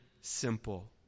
simple